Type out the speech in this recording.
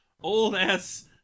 old-ass